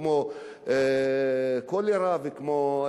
כמו כולרה וכמו,